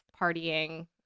partying